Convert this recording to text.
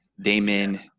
Damon